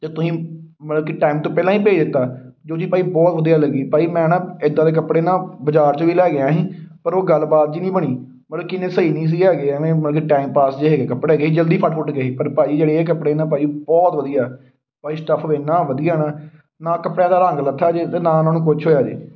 ਅਤੇ ਤੁਸੀਂ ਮਤਲਬ ਕਿ ਟਾਈਮ ਤੋਂ ਪਹਿਲਾਂ ਹੀ ਭੇਜ ਦਿੱਤਾ ਜੋ ਚੀਜ਼ ਭਾਅ ਜੀ ਬਹੁਤ ਵਧੀਆ ਲੱਗੀ ਭਾਅ ਜੀ ਮੈਂ ਨਾ ਇੱਦਾਂ ਦੇ ਕੱਪੜੇ ਨਾ ਬਾਜ਼ਾਰ 'ਚੋਂ ਵੀ ਲੈ ਕੇ ਆਇਆ ਸੀ ਪਰ ਉਹ ਗੱਲਬਾਤ ਜਿਹੀ ਨਹੀਂ ਬਣੀ ਮਤਲਬ ਕਿ ਐਨੇ ਸਹੀ ਨਹੀਂ ਸੀ ਹੈਗੇ ਐਵੇਂ ਮਤਲਬ ਕਿ ਟਾਈਮ ਪਾਸ ਜਿਹੇ ਹੈਗੇ ਕੱਪੜੇ ਹੈਗੇ ਜਲਦੀ ਫੱਟ ਫੁੱਟ ਗਏ ਸੀ ਪਰ ਭਾਅ ਜੀ ਜਿਹੜੇ ਇਹ ਕੱਪੜੇ ਨਾ ਭਾਅ ਜੀ ਬਹੁਤ ਵਧੀਆ ਭਾਅ ਜੀ ਸਟੱਫ ਇੰਨਾ ਵਧੀਆ ਨਾ ਨਾ ਕੱਪੜਿਆਂ ਦਾ ਰੰਗ ਲੱਥਾ ਜੀ ਅਤੇ ਨਾ ਉਹਨਾਂ ਨੂੰ ਕੁਛ ਹੋਇਆ ਜੀ